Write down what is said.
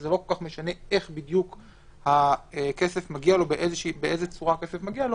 כי לא משנה ממש באיזו צורה הכסף מגיע לו